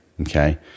Okay